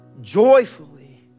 joyfully